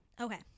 Okay